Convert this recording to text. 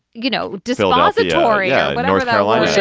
you know, dizzily ah so torrio in north carolina